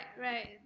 Right